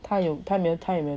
他他有没有讲过